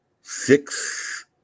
six